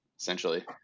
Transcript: essentially